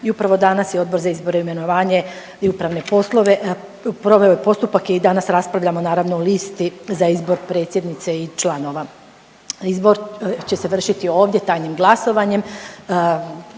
i upravo dana je Odbor za izbor, imenovanje i upravne poslove proveo postupak i danas raspravljamo naravno o listi za izbor predsjednice i članova. Izbor će se vršiti ovdje tajnim glasovanjem